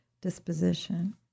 disposition